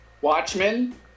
Watchmen